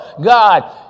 God